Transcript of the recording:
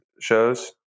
shows